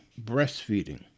breastfeeding